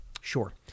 Sure